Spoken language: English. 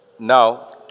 Now